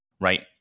right